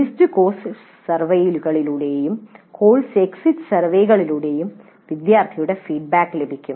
mid course സർവേകളിലൂടെയും course exit സർവേയിലൂടെയും വിദ്യാർത്ഥികളുടെ ഫീഡ്ബാക്ക് ലഭിക്കും